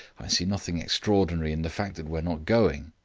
i see nothing extraordinary in the fact that we are not going.